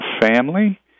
family